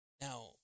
Now